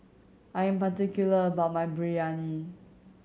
I'm particular about my Biryani